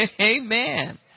Amen